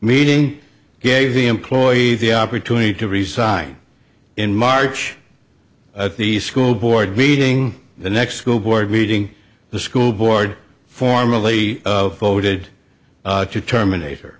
meeting gave the employee the opportunity to resign in march at the school board meeting the next school board meeting the school board formally voted to terminat